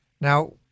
Now